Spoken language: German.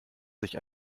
sich